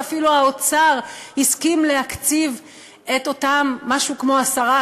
ואפילו האוצר הסכים להקציב את אותם משהו כמו 10,